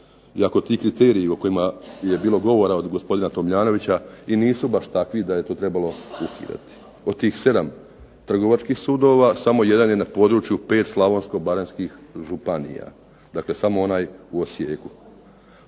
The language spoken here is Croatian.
iako ti kriteriji o kojima je bilo govora od gospodina Tomljanovića i nisu baš takvi da je to trebalo ukidati. Od tih 7 trgovačkih sudova samo je jedan na području pet slavonsko-baranjskih županija. Dakle, samo onaj u Osijeku.